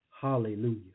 Hallelujah